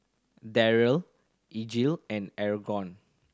Darrell Elige and